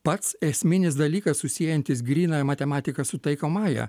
pats esminis dalykas susiejantis grynąją matematiką su taikomąja